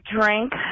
drink